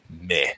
meh